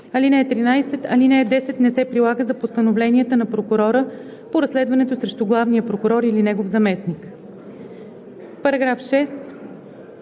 13: „(13) Алинея 10 не се прилага за постановленията на прокурора по разследването срещу главния прокурор или негов заместник.“ По § 6